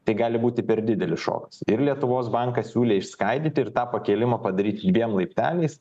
tik gali būti per didelis šokas ir lietuvos bankas siūlė išskaidyti ir tą pakėlimą padaryti dviem laipteliais